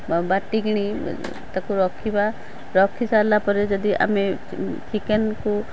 ନ ବାଟିକିଣି ତାକୁ ରଖିବା ରଖିସାରିଲା ପରେ ଯଦି ଆମେ ଚିକେନ୍କୁ